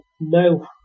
no